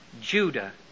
Judah